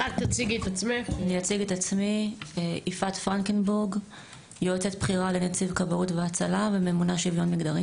אני יועצת בכירה לנציג כבאות והצלה וממונה שוויון מגדרי.